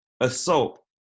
assault